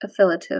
affiliative